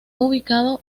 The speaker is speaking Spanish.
ubicado